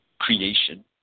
creation